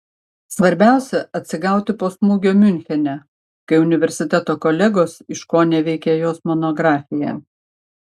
svarbiausia atsigauti po smūgio miunchene kai universiteto kolegos iškoneveikė jos monografiją